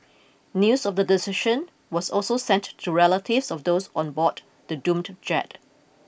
news of the decision was also sent to relatives of those on board the doomed jet